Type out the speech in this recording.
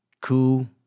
cool